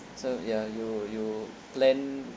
so ya you you plan